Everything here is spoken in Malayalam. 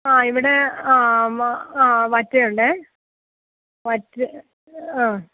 ആ ഇവിടെ ആ ആ വറ്റയുണ്ടേ വറ്റ ആ